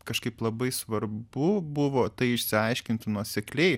kažkaip labai svarbu buvo tai išsiaiškinti nuosekliai